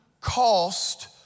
cost